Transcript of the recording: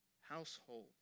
household